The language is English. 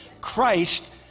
Christ